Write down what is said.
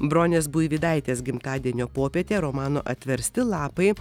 bronės buivydaitės gimtadienio popietė romano atversti lapai